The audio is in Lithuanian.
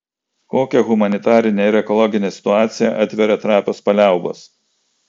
kokią humanitarinę ir ekologinę situaciją atveria trapios paliaubos